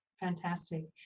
Fantastic